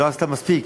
שלא עשתה מספיק,